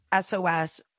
SOS